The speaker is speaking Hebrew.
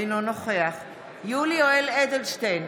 אינו נוכח יולי יואל אדלשטיין,